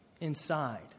inside